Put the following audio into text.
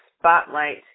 Spotlight